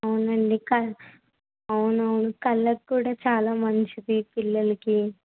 అవునండి క అవును అవును కళ్ళక్కూడా చాలా మంచిది పిల్లలకి